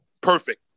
perfect